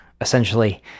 essentially